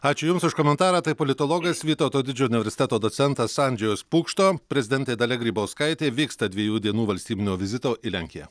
ačiū jums už komentarą tai politologas vytauto didžiojo universiteto docentas andžejus pukšto prezidentė dalia grybauskaitė vyksta dviejų dienų valstybinio vizito į lenkiją